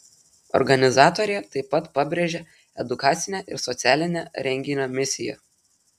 organizatorė taip pat pabrėžia edukacinę ir socialinę renginio misiją